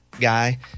guy